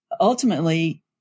ultimately